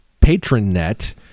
Patronet